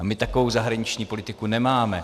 A my takovou zahraniční politiku nemáme.